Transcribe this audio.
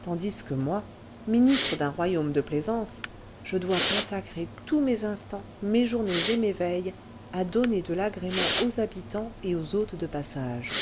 tandis que moi ministre d'un royaume de plaisance je dois consacrer tous mes instants mes journées et mes veilles à donner de l'agrément aux habitants et aux hôtes de passage